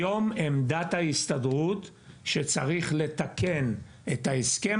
היום עמדת ההסתדרות היא שצריך לתקן את ההסכם